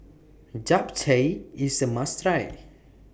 Japchae IS A must Try